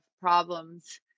problems